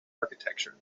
architecture